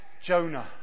Jonah